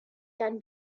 can